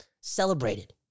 celebrated